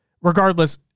regardless